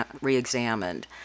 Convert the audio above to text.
re-examined